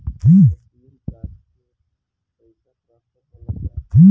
ATM card से पैसा transfer होला का?